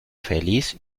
feliz